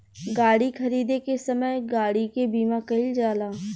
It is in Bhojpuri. गाड़ी खरीदे के समय गाड़ी के बीमा कईल जाला